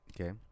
Okay